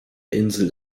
insel